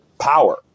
power